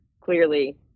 clearly